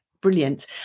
brilliant